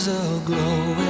aglow